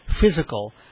physical